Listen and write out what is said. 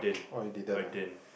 oh you didn't ah